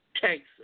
Texas